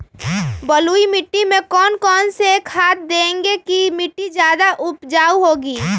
बलुई मिट्टी में कौन कौन से खाद देगें की मिट्टी ज्यादा उपजाऊ होगी?